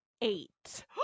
eight